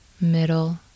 Middle